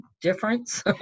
difference